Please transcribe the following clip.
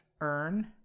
Earn